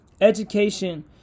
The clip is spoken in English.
Education